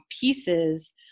pieces